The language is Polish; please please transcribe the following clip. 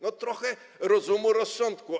No, trochę rozumu, rozsądku.